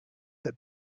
that